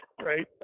Right